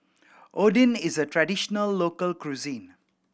oden is a traditional local cuisine